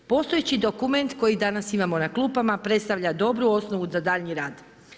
Postojeći dokument koji danas imamo na klupama predstavlja dobru osnovu za daljnji rad.